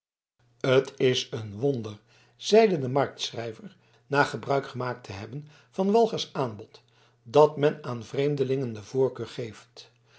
t een wonder zeide de marktschrijver na gebruik gemaakt te hebben van walgers aanbod dat men aan vreemdelingen de voorkeur geeft